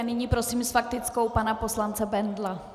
A nyní prosím s faktickou pana poslance Bendla.